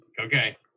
okay